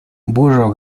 burro